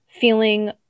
feeling